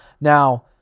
Now